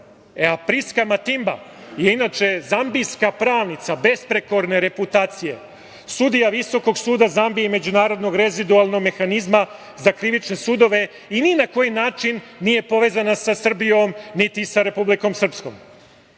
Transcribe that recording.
zaboraviti. Priska Matimba, inače zambijska pravnica besprekorne reputacije, sudija Visokog suda Zambije i Međunarodnog rezidualnog mehanizma za krivične sudove i ni na koji način nije povezana sa Srbijom, niti sa Republikom Srpskom,